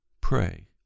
pray